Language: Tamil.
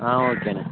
ஆ ஓகேண்ண